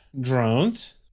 drones